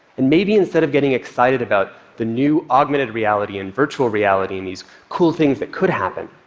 and maybe instead of getting excited about the new augmented reality and virtual reality and these cool things that could happen,